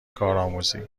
کارآموزی